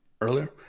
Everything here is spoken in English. earlier